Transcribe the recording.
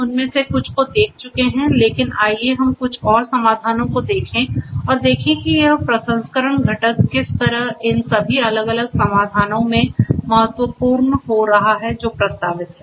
हम उनमें से कुछ को देख चुके हैं लेकिन आइए हम कुछ और समाधानों को देखें और देखें कि यह प्रसंस्करण घटक किस तरह इन सभी अलग अलग समाधानों में महत्वपूर्ण हो रहा है जो प्रस्तावित हैं